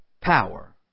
power